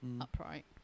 upright